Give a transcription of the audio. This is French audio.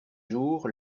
jours